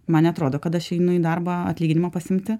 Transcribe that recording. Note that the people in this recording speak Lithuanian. man neatrodo kad aš einu į darbą atlyginimą pasiimti